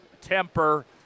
temper